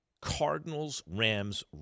Cardinals-Rams